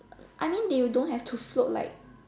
I mean they don't have to float like